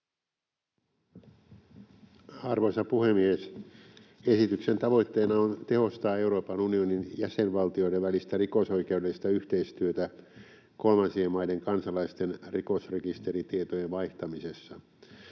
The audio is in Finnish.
Arvoisa puhemies! Esityksen tavoitteena on tehostaa Euroopan unionin jäsenvaltioiden välistä rikosoikeudellista yhteistyötä kolmansien maiden kansalaisten rikosrekisteritietojen vaihtamisessa.